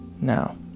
now